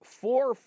four